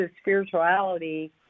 spirituality